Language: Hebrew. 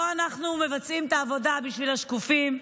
ופה אנחנו מבצעים את העבודה בשביל השקופים.